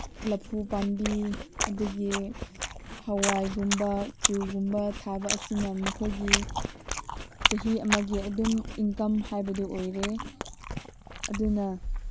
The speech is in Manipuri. ꯂꯐꯨ ꯄꯥꯟꯕꯤ ꯑꯗꯒꯤ ꯍꯋꯥꯏꯒꯨꯝꯕ ꯆꯨꯒꯨꯝꯕ ꯊꯥꯕ ꯑꯁꯤꯅ ꯃꯈꯣꯏꯒꯤ ꯆꯍꯤ ꯑꯃꯒꯤ ꯑꯗꯨꯝ ꯏꯟꯀꯝ ꯍꯥꯏꯕꯗꯨ ꯑꯣꯏꯔꯦ ꯑꯗꯨꯅ